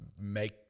make